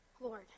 Lord